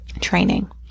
training